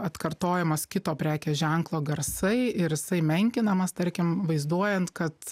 atkartojamas kito prekės ženklo garsai ir jisai menkinamas tarkim vaizduojant kad